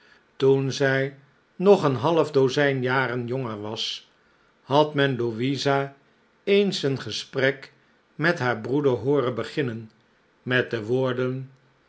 toen zij nog een half dozijn jaren jonger was had men louisa eens een gesprek met haar broeder hooren beginnen met de woorden